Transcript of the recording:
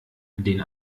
den